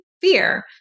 fear